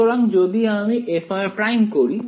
সুতরাং যদি আমি fr করি